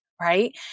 right